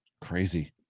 Crazy